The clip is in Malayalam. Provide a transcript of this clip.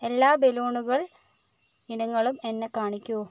എല്ലാ ബലൂണുകൾ ഇനങ്ങളും എന്നെ കാണിക്കൂ